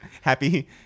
Happy